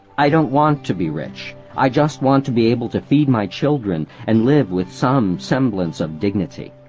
i don't want to be rich. i just want to be able to feed my children and live with some semblance of dignity.